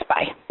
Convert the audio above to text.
Bye